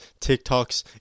TikToks